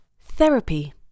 Therapy